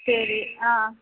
சரி ஆ